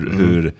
hur